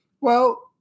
Well-